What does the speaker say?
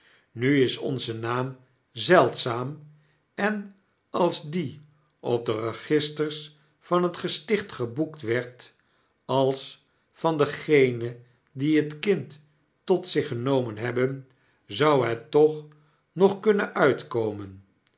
nu is onze naam zeldzaam en als die op de registers van het gesticht geboekt werd als van degenen die het kind tot zich genomen hebben zou het toch nog kunnen uitkomen